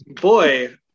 boy